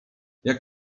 jak